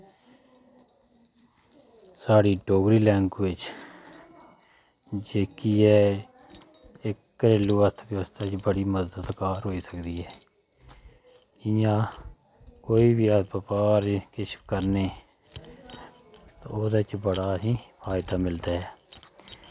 साढ़ी डोगरी लैंग्वेज़ जेह्की ऐ एह् घरेलु अर्थव्यवस्था बिच बड़ी मददगार होई सकदी ऐ इंया कोई बी अस बपार जां किश करने ओह्दे च असेंगी बड़ा फायदा मिलदा ऐ